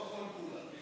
היא לא כל-כולה.